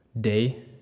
day